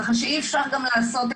ככך שאי אפשר לעשות,